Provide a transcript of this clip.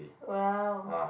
!wow!